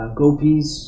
gopis